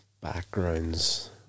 backgrounds